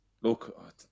look